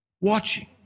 watching